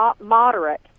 moderate